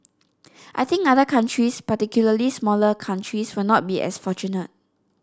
I think other countries particularly smaller countries will not be as fortunate